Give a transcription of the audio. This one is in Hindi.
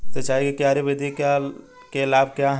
सिंचाई की क्यारी विधि के लाभ क्या हैं?